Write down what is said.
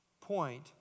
point